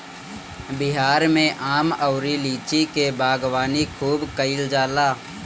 बिहार में आम अउरी लीची के बागवानी खूब कईल जाला